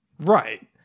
Right